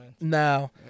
No